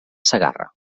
segarra